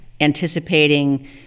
anticipating